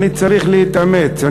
אני צריך להתאמץ.